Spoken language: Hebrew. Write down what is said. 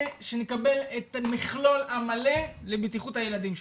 שנקבל את המכלול המלא לבטיחות הילדים שלנו.